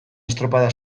estropada